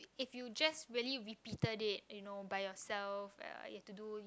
if you just really repeated it you know by yourself you to do